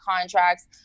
contracts